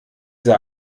sah